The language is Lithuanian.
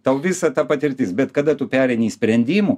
tau visa ta patirtis bet kada tu pereini į sprendimų